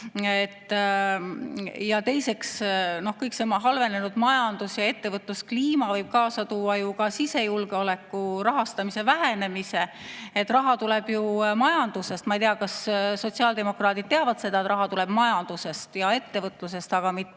Ja teiseks, kogu see halvenenud majandus- ja ettevõtluskliima võib kaasa tuua ka sisejulgeoleku rahastamise vähenemise. Raha tuleb ju majandusest. Ma ei tea, kas sotsiaaldemokraadid teavad seda, et raha tuleb majandusest ja ettevõtlusest, mitte